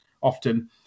often